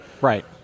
right